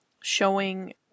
showing